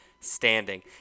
standing